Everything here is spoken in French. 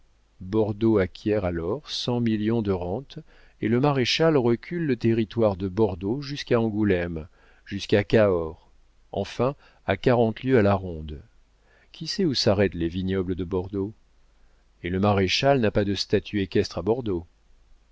bordeaux acquiert alors cent millions de rente et le maréchal recule le territoire de bordeaux jusqu'à angoulême jusqu'à cahors enfin à quarante lieues à la ronde qui sait où s'arrêtent les vignobles de bordeaux et le maréchal n'a pas de statue équestre à bordeaux